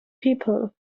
people